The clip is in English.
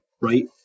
right